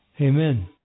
Amen